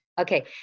Okay